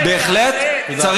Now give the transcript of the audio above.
אל תדבר, תעשה את זה.